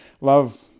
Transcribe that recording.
love